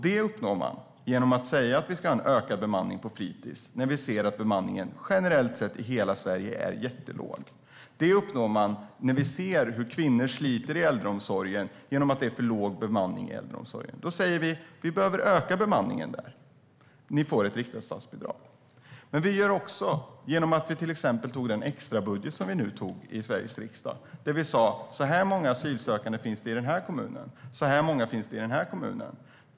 Det uppnår man genom att säga att vi ska ha ökad bemanning på fritis, eftersom bemanningen generellt sett är väldigt låg i hela Sverige. Vi ser också hur kvinnor sliter i äldreomsorgen eftersom bemanningen är för låg. Då säger vi att bemanningen behöver ökas där och ger ett riktat statsbidrag. När vi antog extrabudgeten i Sveriges riksdag kunde vi också se att en viss kommun har ett visst antal asylsökande och att en annan kommun har ett annat antal.